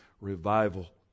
Revival